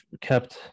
kept